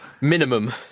Minimum